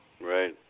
Right